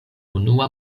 unua